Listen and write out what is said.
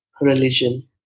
religion